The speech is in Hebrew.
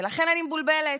ולכן אני מבולבלת.